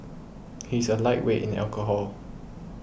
he is a lightweight in alcohol